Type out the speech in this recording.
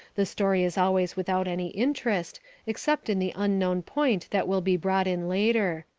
the story is always without any interest except in the unknown point that will be brought in later.